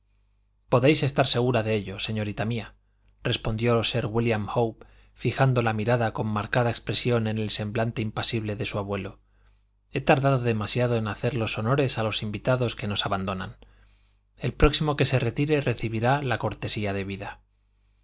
podéis estar segura de ello señorita mía respondió sir wílliam howe fijando la mirada con marcada expresión en el semblante impasible de su abuelo he tardado demasiado en hacer los honores a los invitados que nos abandonan el próximo que se retire recibirá la cortesía debida